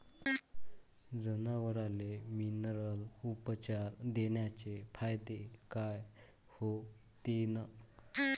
जनावराले मिनरल उपचार देण्याचे फायदे काय होतीन?